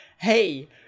hey